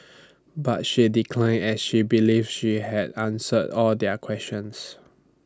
but she declined as she believes she had answered all their questions